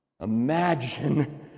Imagine